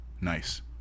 nice